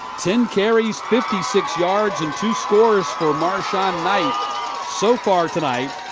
ten carries, fifty six yards and two scores for marson-knight. so far tonight.